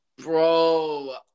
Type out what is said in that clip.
Bro